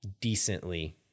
decently